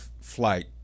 flight